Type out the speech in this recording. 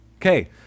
Okay